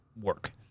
work